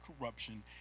corruption